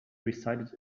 recited